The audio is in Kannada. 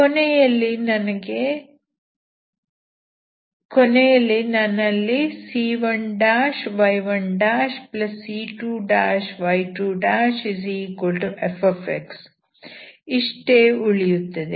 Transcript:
ಕೊನೆಯಲ್ಲಿ ನನ್ನಲ್ಲಿ c1y1c2y2fx ಇಷ್ಟೇ ಉಳಿಯುತ್ತದೆ